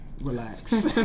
Relax